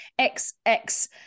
XX